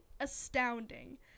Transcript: astounding